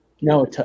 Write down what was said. no